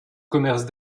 commerce